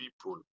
people